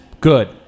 good